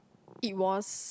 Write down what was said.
it was